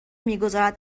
میگذارد